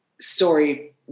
story